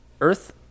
Earth